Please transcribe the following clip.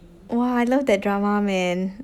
!wah! I love that drama man